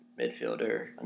midfielder